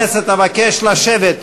לשבת.